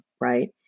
right